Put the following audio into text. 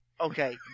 Okay